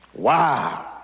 Wow